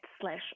slash